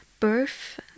birth